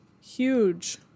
huge